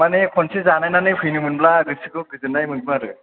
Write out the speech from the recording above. मानि खनसे जानायनानै फैनो मोनब्ला गोसोखौ गोजोननाय मोनगौ आरो